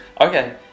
Okay